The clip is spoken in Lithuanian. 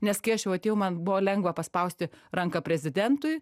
nes kai aš jau atėjau man buvo lengva paspausti ranką prezidentui